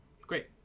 Great